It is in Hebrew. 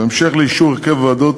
בהמשך לאישור הרכב ועדות